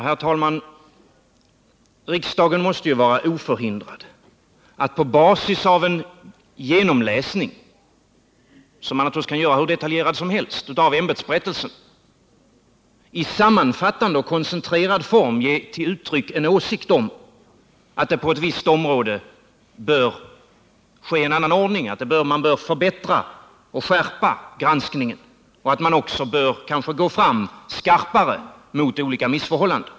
Herr talman! Riksdagen måste ju vara oförhindrad att på basis av en genomläsning av ämbetsberättelsen, som man naturligtvis kan göra hur detaljerad som helst, i sammanfattande och koncentrerad form ge uttryck för en åsikt om det på ett visst område bör råda en annan ordning. Granskningen bör här kanske förbättras och skärpas. Man bör kanske också här gå fram skarpare mot de olika missförhållandena.